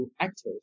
actors